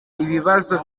ibibazo